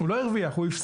הוא לא הרוויח, הוא הפסיד.